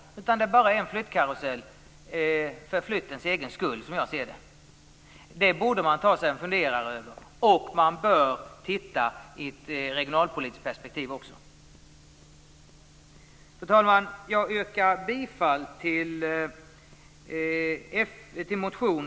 I stället är det, som jag ser saken, enbart fråga om en flyttkarusell, om en flytt för flyttens egen skull. Det borde man fundera över. Dessutom bör man också se detta i ett regionalpolitiskt perspektiv. Fru talman! Jag yrkar bifall till motion